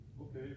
okay